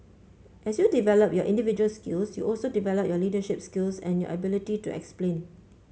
as you develop your individual skills you also develop your leadership skills and your ability to explain